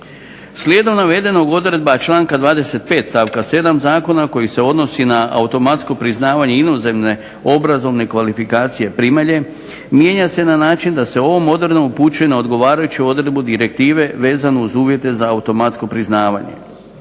ove dvije. Odredba članka 25. stavak 7. zakona koji se odnosi na automatsko priznavanje inozemne obrazovne kvalifikacije primalje mijenja se na način da se ovom odredbom upućuje na odgovarajuću odredbu direktive vezano uz uvjete za automatsko priznavanje.